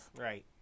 Right